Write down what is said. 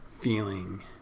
feeling